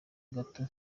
gato